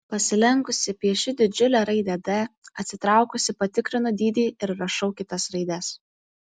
pasilenkusi piešiu didžiulę raidę d atsitraukusi patikrinu dydį ir rašau kitas raides